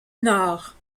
nord